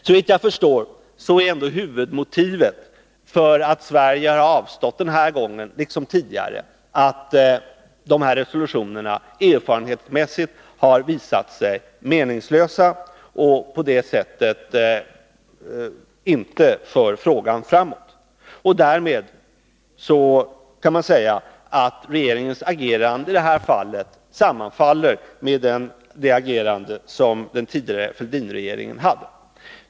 Såvitt jag förstår är huvudmotivet för att Sverige har avstått den här gången liksom tidigare att de här resolutionerna erfarenhetsmässigt har visat sig meningslösa och inte fört frågorna framåt. Därmed kan man säga att regeringens agerande i det här fallet sammanfaller med den tidigare Fälldinregeringens.